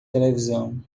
televisão